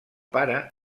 pare